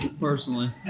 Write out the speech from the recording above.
personally